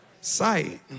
sight